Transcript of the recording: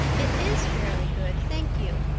it is fairly good, thank you.